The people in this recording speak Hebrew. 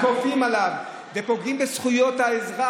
כופים עליו ופוגעים בזכויות האזרח?